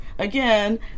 Again